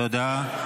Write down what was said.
תודה.